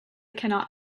cannot